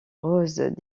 roses